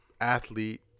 athlete